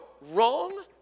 wrong